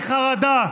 אז תסתום את הפה.